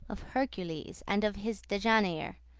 of hercules, and of his dejanire,